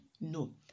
No